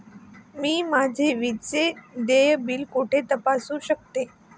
मी माझे विजेचे देय बिल कुठे तपासू शकते?